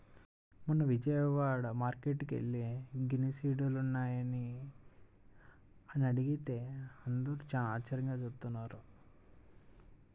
మొన్న విజయవాడ మార్కేట్టుకి యెల్లి గెనిసిగెడ్డలున్నాయా అని అడిగితే అందరూ చానా ఆశ్చర్యంగా జూత్తన్నారు